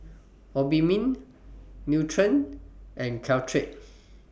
Obimin Nutren and Caltrate